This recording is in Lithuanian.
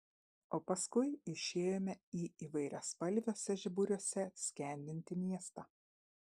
o paskui išėjome į įvairiaspalviuose žiburiuose skendintį miestą